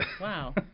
wow